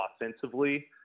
offensively